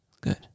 good